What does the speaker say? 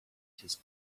his